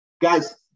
guys